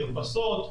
מרפסות.